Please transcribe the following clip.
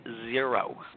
zero